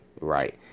right